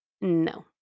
no